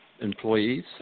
employees